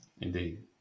Indeed